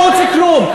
עזוב, לא רוצה כלום.